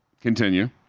Continue